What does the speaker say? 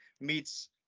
meets